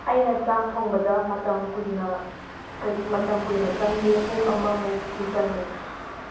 ꯑꯩꯅ ꯆꯥꯛ ꯊꯣꯡꯕꯗ ꯃꯇꯝ ꯀꯨꯏꯅ ꯃꯇꯝ ꯀꯨꯏꯅ ꯆꯪꯗꯦ ꯄꯨꯡ ꯑꯃꯃꯨꯛꯇꯤ ꯆꯪꯉꯤ